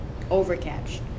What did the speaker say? overcatch